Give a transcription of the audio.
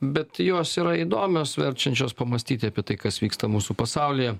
bet jos yra įdomios verčiančios pamąstyti apie tai kas vyksta mūsų pasaulyje